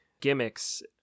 gimmicks